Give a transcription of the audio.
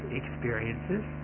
experiences